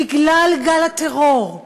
בגלל גל הטרור,